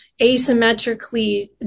asymmetrically